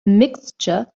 mixture